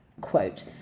quote